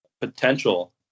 potential